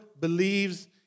believes